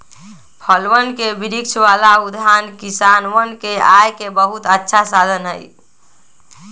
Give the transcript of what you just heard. फलवन के वृक्ष वाला उद्यान किसनवन के आय के बहुत अच्छा साधन हई